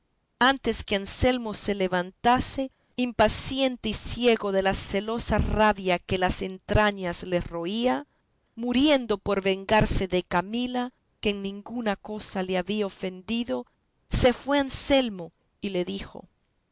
antes que anselmo se levantase impaciente y ciego de la celosa rabia que las entrañas le roía muriendo por vengarse de camila que en ninguna cosa le había ofendido se fue a anselmo y le dijo